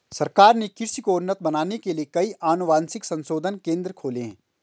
सरकार ने कृषि को उन्नत बनाने के लिए कई अनुवांशिक संशोधन केंद्र खोले हैं